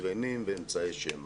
מקרנים ואמצעי שמע.